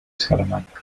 salamanca